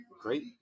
Great